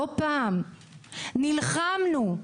נלחמנו,